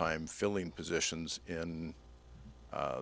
time filling positions in